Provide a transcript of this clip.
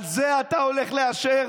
את זה אתה הולך לאשר?